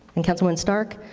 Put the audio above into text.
and councilwoman stark.